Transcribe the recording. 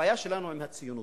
הבעיה שלנו היא עם הציונות,